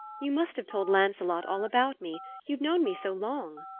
you must have told lancelot all about me you've known me so long!